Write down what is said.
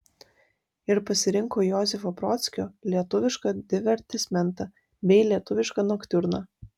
ir pasirinko josifo brodskio lietuvišką divertismentą bei lietuvišką noktiurną